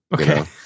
Okay